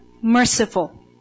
merciful